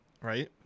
right